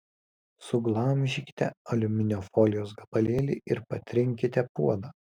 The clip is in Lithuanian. suglamžykite aliuminio folijos gabalėlį ir patrinkite puodą